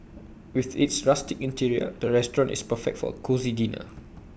with its rustic interior the restaurant is perfect for A cosy dinner